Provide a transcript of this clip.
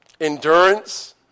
endurance